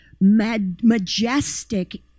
majestic